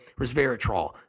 Resveratrol